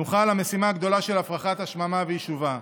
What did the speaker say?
נוכל למשימה הגדולה של הפרחת השממה ויישובה".